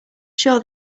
sure